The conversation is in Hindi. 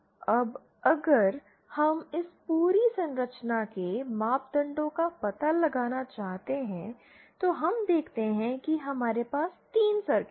अब अगर हम इस पूरी संरचना के मापदंडों का पता लगाना चाहते हैं तो हम देखते हैं कि हमारे पास 3 सर्किट हैं